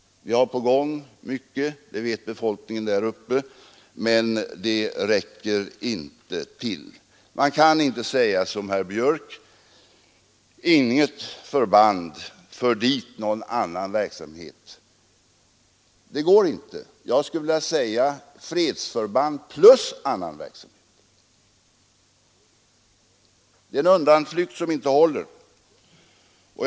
Vi har mycket på gång — och det vet befolkningen där uppe — men det räcker inte till. Man kan inte som herr Björck i Nässjö säga, att vi i stället för förband skall föra dit annan verksamhet. Det går inte; det är en undanflykt som inte håller. Jag skulle vilja säga att vad som behövs är fredsförband plus annan verksamhet.